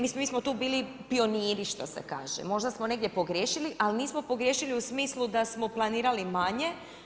Mislim mi smo tu bili pioniri što se kaže, možda smo negdje pogriješili, ali nismo pogriješili u smislu da smo planirali manje.